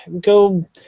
Go